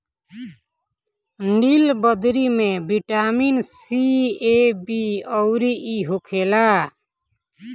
नीलबदरी में vitamin C, A, B अउरी इ होखेला